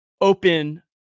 open